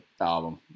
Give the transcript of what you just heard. album